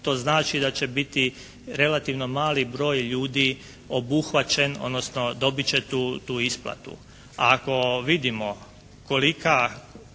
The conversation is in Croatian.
To znači da će biti relativno mali broj ljudi obuhvaćen, odnosno dobit će tu isplatu. Ako vidimo koliki